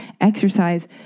exercise